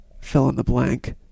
fill-in-the-blank